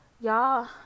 Y'all